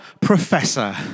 professor